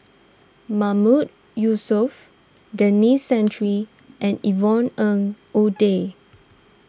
Mahmood Yusof Denis Santry and Yvonne Ng Uhde